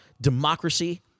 democracy